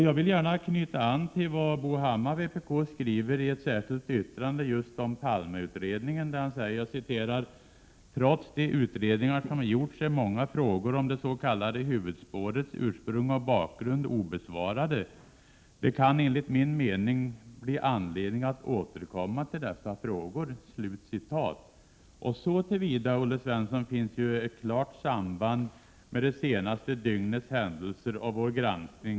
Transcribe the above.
Jag vill gärna knyta an till vad Bo Hammar, vpk, skriver i ett särskilt yttrande om just Palmeutredningen. Han skriver: ”Trots de utredningar som gjorts är många frågor om det s.k. huvudspårets ursprung och bakgrund obesvarade. Det kan enligt min mening bli anledning att återkomma till dessa frågor.” Så till vida finns det, Olle Svensson, ett klart samband mellan det senaste dygnets händelser och vår granskning.